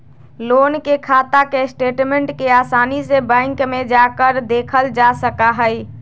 loan के खाता के स्टेटमेन्ट के आसानी से बैंक में जाकर देखल जा सका हई